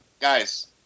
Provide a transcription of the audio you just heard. guys